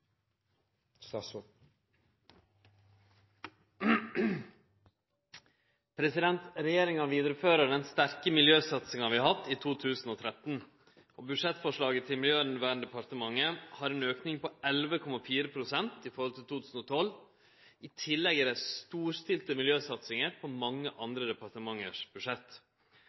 omme. Regjeringa vidarefører den sterke miljøsatsinga vi har hatt, i 2013. Budsjettforslaget til Miljøverndepartementet har ein auke på 11,4 pst. i forhold til 2012. I tillegg er det storstilte miljøsatsingar på mange andre departement sine budsjett.